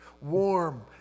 warm